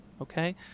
okay